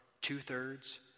two-thirds